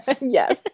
Yes